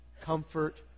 comfort